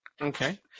Okay